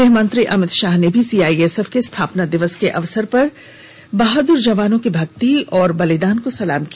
गृहमंत्री अमित शाह ने भी सीआईएसएफ के स्थापना दिवस के अवसर पर सीआईएसएफ के बहादुर जवानों को भक्ति और बलिदान को सलाम किया